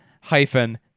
hyphen